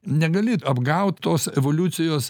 negali apgaut tos evoliucijos